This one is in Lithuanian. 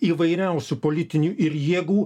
įvairiausių politinių ir jėgų